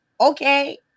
okay